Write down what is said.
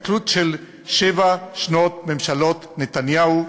בהסתכלות של שבע שנות ממשלות נתניהו,